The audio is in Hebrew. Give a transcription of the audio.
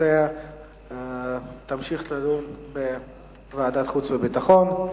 הנושא ימשיך להידון בוועדת חוץ וביטחון.